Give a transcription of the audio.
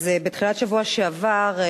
בתחילת שבוע שעבר,